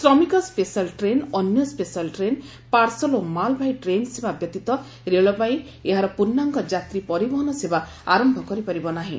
ଶ୍ରମିକ special train ଅନ୍ୟ special train parcel ଓ ମାଲ୍ବାହୀ train ସେବା ବ୍ୟତୀତ ରେଳବାଇ ଏହାର ପୂର୍ଣ୍ଣାଙ୍ଗ ଯାତ୍ରୀ ପରିବହନ ସେବା ଆରମ୍ଭ କରିପାରିବ ନାହିଁ